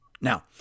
Now